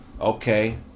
okay